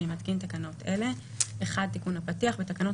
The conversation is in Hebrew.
אני מתקין תקנות אלה: תיקון הפתיח בתקנות